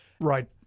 Right